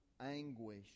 anguish